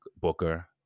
booker